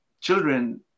children